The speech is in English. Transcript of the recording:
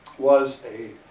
was a,